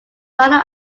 final